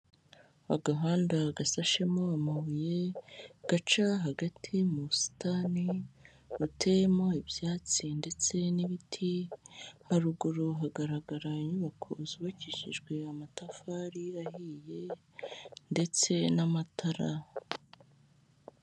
Agahanda gasashemo amabuye, gaca hagati mu busitani, buteyemo ibyatsi ndetse n'ibiti, haruguru hagaragara inyubako zubakishijwe amatafari ahiye ndetse n'amatara.